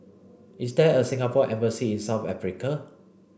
is there a Singapore embassy in South Africa